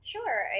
Sure